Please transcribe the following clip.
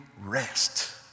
rest